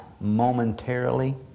momentarily